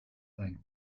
ein